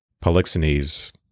Polixenes